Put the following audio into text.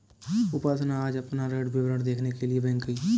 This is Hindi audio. उपासना आज अपना ऋण विवरण देखने के लिए बैंक गई